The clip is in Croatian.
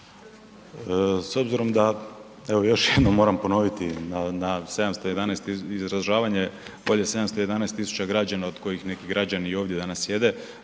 S obzirom da, evo još jednom moram ponoviti na 711 izražavanje, ovdje 711 tisuća građana od kojih neki građani i ovdje danas sjede,